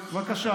בבקשה,